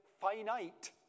finite